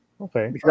Okay